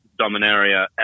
Dominaria